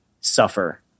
suffer